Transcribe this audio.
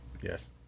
Yes